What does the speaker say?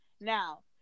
now